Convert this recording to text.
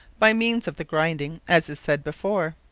by meanes of the grinding, as is said before.